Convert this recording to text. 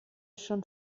schon